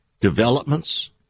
developments